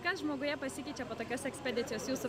kas žmoguje pasikeičia po tokios ekspedicijos jūsų